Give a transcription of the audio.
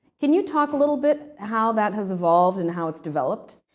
can you talk a little bit, how that has evolved and how it's developed?